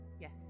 Yes